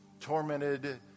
Tormented